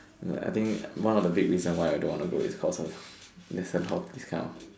ya I think one of the big reason why I don't want to go is cause of listen how this kind of